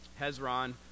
Hezron